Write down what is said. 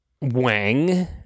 Wang